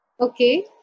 Okay